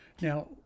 Now